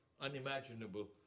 unimaginable